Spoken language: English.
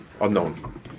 unknown